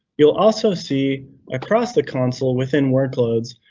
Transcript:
you'll also see across the console within workloads,